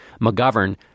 McGovern